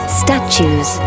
statues